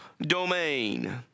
domain